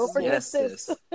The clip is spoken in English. yes